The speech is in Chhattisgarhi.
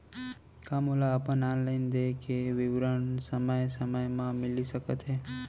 का मोला अपन ऑनलाइन देय के विवरण समय समय म मिलिस सकत हे?